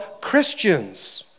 Christians